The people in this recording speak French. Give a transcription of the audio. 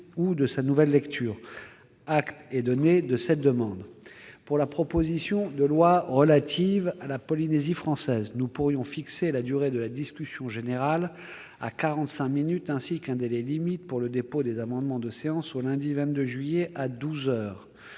ou de sa nouvelle lecture. Acte est donné de ces demandes. Pour la proposition de loi relative à la Polynésie française, nous pourrions fixer la durée de la discussion générale à quarante-cinq minutes et le délai limite pour le dépôt des amendements de séance au lundi 22 juillet, à douze heures.